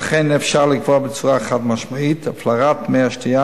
אכן, אפשר לקבוע בצורה חד-משמעית: הפלרת מי השתייה